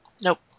Nope